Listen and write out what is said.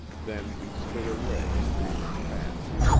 then he stood away, breathing fast.